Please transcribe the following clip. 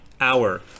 hour